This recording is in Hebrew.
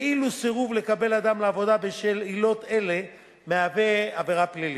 ואילו סירוב לקבל אדם לעבודה בשל עילות אלה מהווה עבירה פלילית.